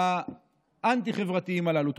הגורמים האנטי-חברתיים הללו.